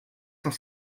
cent